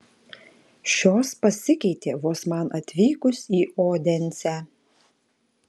šios pasikeitė vos man atvykus į odensę